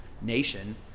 nation